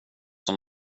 som